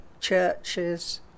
churches